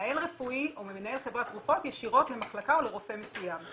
ממנהל רפואי או ממנהל חברת תרופות ישירות למחלקה או לרופא מסוים.